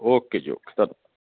okay ਜੀ okay ਧੰਨਵਾਦ